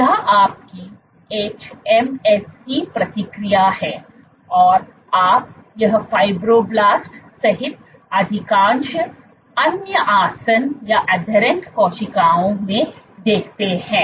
तो यह आपकी hMSC प्रतिक्रिया है और आप यह फाइब्रोब्लास्ट सहित अधिकांश अन्य आसन्न कोशिकाओं में देखते हैं